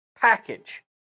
package